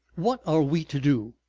what are we to do?